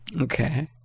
Okay